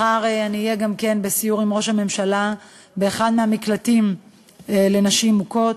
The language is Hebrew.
מחר אהיה גם כן בסיור עם ראש הממשלה באחד המקלטים לנשים מוכות.